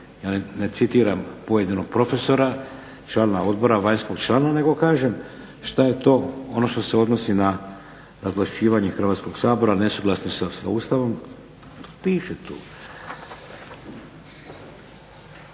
ja ne citiram pojedinog prof. člana odbora, vanjskog člana, nego kažem što je to ono što se odnosi na razvlašćivanje Hrvatskog sabora u nesuglasju sa Ustavom. To piše tu.